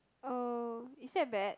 oh is that bad